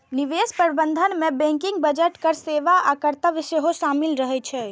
निवेश प्रबंधन मे बैंकिंग, बजट, कर सेवा आ कर्तव्य सेहो शामिल रहे छै